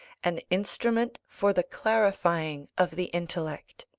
an instrument for the clarifying of the intellect.